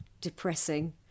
depressing